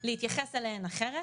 להתייחס אליהן אחרת,